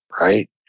right